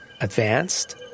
advanced